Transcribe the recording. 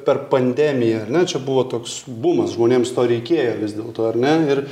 per pandemiją ar ne čia buvo toks bumas žmonėms to reikėjo vis dėlto ar ne ir